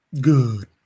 Good